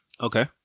Okay